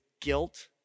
guilt